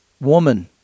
woman